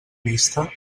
vista